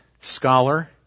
scholar